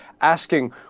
asking